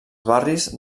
barris